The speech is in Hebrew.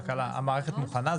המערכת מוכנה?